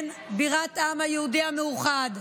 בירת העם היהודי המאוחד,